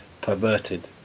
perverted